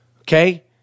Okay